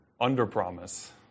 under-promise